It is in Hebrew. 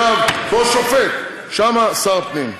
פה שופט, שם שר הפנים.